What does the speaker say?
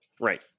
Right